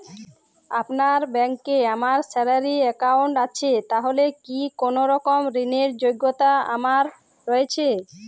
আপনার ব্যাংকে আমার স্যালারি অ্যাকাউন্ট আছে তাহলে কি কোনরকম ঋণ র যোগ্যতা আমার রয়েছে?